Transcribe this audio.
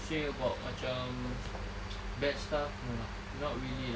say about macam bad stuff no lah not really lah